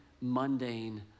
mundane